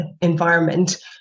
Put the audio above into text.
environment